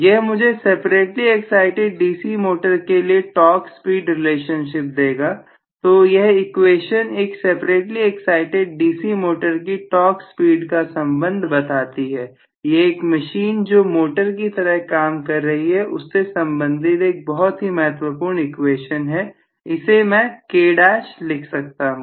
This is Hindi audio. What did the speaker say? यह मुझे सेपरेटली एक्साइटिड डीसी मोटर के लिए टॉर्क स्पीड रिलेशनशिप देगा तो यह इक्वेशन एक सेपरेटली एक्साइटिड डीसी मोटर की टॉर्क स्पीड का संबंध बताती है यह एक मशीन जो मोटर की तरह काम कर रही है उससे संबंधित एक बहुत ही महत्वपूर्ण इक्वेशंस है इसे मैं k डेश लिख सकता हूं